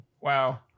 Wow